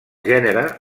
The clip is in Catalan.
gènere